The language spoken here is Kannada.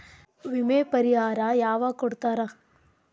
ವಿಮೆ ಪರಿಹಾರ ಯಾವಾಗ್ ಕೊಡ್ತಾರ?